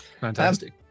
Fantastic